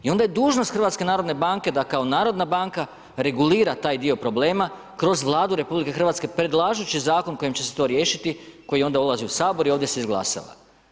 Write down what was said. I onda je dužnost HNB da kao narodna banka regulira taj dio problema kroz Vladu RH predlažući zakon kojim će se to riješiti, koji onda ulazi u Sabor i ovdje se izglasava.